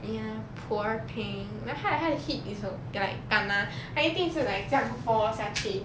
ya poor thing then 他的他的 hip is s~ 比较 like kena 他一定是 like 这样 fall 下去